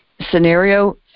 scenario